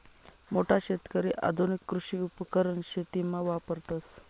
मोठा शेतकरी आधुनिक कृषी उपकरण शेतीमा वापरतस